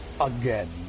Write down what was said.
Again